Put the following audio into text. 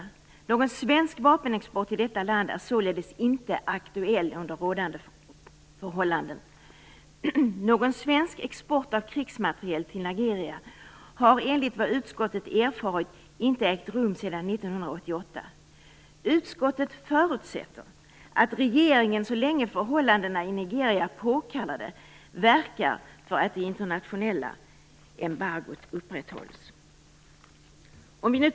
Någon svensk vapenexport till detta land är således inte aktuell under rådande förhållanden. Någon svensk export av krigsmateriel till Nigeria har enligt vad utskottet erfarit inte ägt rum sedan 1988. Utskottet förutsätter att regeringen så länge förhållandena i Nigeria påkallar det verkar för att det internationella embargot upprätthålls."